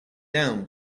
down